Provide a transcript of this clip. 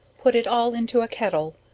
put it all into a kettle,